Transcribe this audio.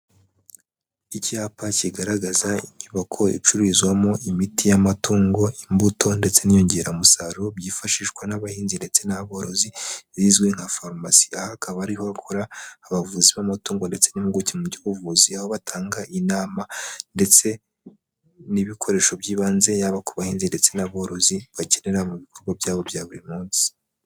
Iki cyapa kigaragaza inyubako icururizwamo imiti y'amatungo, imbuto ndetse n'inyongeramusaruro, byifashishwa n'abahinzi ndetse n'aborozi zizwi nka farumasi. Aha akaba ariho bakora abavuzi b'amatungo ndetse n'impuguke mu by'ubuvuzi, aho batanga inama ndetse n'ibikoresho by'ibanze, yaba ku bahinzi ndetse n'aborozi, bakenera mu bikorwa byabo bya buri munsi.